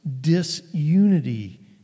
disunity